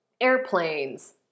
Airplanes